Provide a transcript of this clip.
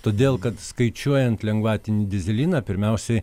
todėl kad skaičiuojant lengvatinį dyzeliną pirmiausiai